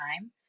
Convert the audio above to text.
time